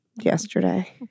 yesterday